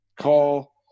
call